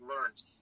learned